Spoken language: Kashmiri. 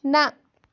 نہ